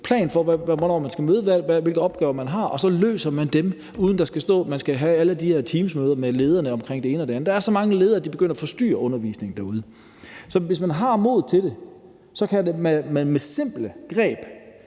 plan for, hvornår man skal møde, og hvilke opgaver man har, og så løser man dem, uden at der skal stå, at man skal have alle de her teamsmøder med lederne om det ene og det andet. Der er så mange ledere, at det begynder at forstyrre undervisningen derude. Så hvis man har modet til det, kan man med simple greb